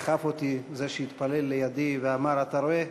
דחף אותי זה שהתפלל לידי ואמר: אתה רואה,